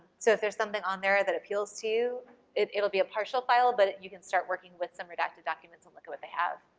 so if there's something on there that appeals to you it'll be a partial file, but you can start working with some redacted documents and look at what they have.